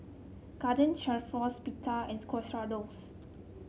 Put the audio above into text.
Garden Stroganoff Pita and Quesadillas